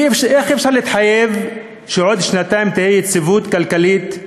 איך אפשר להתחייב שעוד שנתיים תהיה יציבות כלכלית?